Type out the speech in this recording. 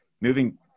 moving